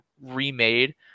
remade